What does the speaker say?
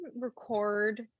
record